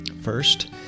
first